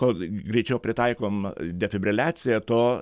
kuo greičiau pritaikom defibriliaciją tuo